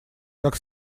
как